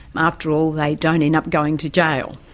after all, they don't end up going to jail.